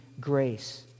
grace